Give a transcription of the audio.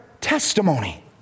testimony